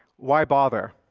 why bother?